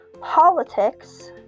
politics